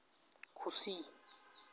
ᱠᱩᱥᱤ